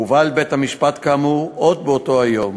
הוא הובא אל בית-משפט, כאמור, עוד באותו היום.